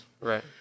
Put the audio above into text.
Right